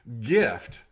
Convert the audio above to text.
gift